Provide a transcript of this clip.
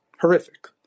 horrific